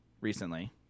recently